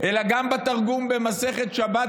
אלא גם בתרגום במסכת שבת,